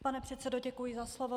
Pane předsedo, děkuji za slovo.